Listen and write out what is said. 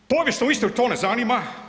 Povijesnu istinu to ne zanima.